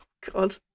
God